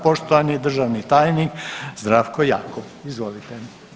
Poštovani državni tajnik Zdravko Jakop, izvolite.